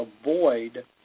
avoid